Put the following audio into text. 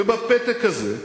ובפתק הזה,